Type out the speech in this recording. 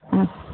ஆ